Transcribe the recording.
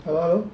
hello hello